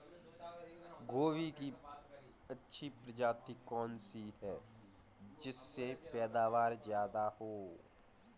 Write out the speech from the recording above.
गोभी की अच्छी प्रजाति कौन सी है जिससे पैदावार ज्यादा हो?